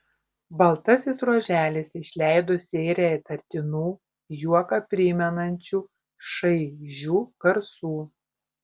baltasis ruoželis išleido seriją įtartinų juoką primenančių šaižių garsų